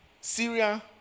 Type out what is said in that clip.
Syria